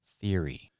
Theory